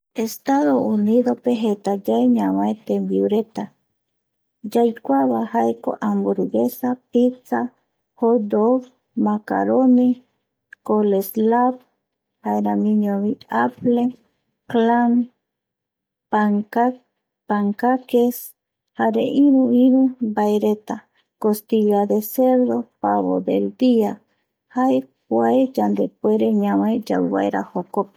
Estados Unidos pe jeta yae ñavae tembiureta, yaikuava jaeko hamburguesa pitza, hot dow, macarone ,colesla, jaeramiñovi apio, clan pan, pankake jare iru, iru mbaereta costillar de cerdo, pavo del día, jae kuae yandepuere ñavae yauvaera jokope